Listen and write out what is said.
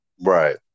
Right